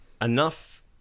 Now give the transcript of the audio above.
enough